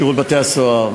שירות בתי-הסוהר,